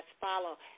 follow